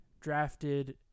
drafted